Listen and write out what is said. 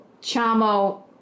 Chamo